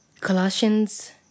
Colossians